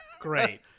Great